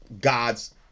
god's